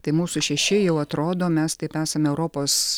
tai mūsų šeši jau atrodo mes taip esam europos